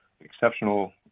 exceptional